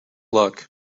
luck